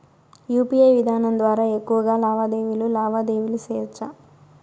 UPI విధానం ద్వారా ఎక్కువగా లావాదేవీలు లావాదేవీలు సేయొచ్చా?